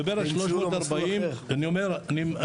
לא, אני אומר.